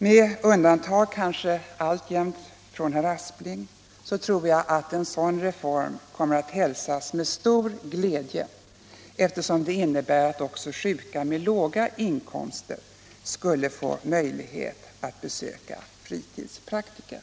Med undantag alltjämt kanske för herr Aspling tror jag att en sådan reform skulle hälsas med stor glädje eftersom den innebär att också sjuka med låga inkomster skulle få möjlighet att besöka fritidspraktiker.